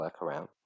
workaround